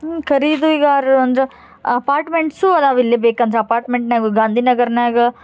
ಖರೀದಿಗಾರ್ರು ಅಂದ್ರೆ ಅಪಾರ್ಟ್ಮೆಂಟ್ಸು ಅದವ ಇಲ್ಲಿ ಬೇಕಂದ್ರೆ ಅಪಾರ್ಟ್ಮೆಂಟ್ನ್ಯಾಗು ಗಾಂಧಿನಗರ್ನ್ಯಾಗ